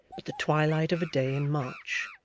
but the twilight of a day in march,